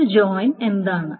ഒരു ജോയിൻ എന്താണ്